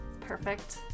perfect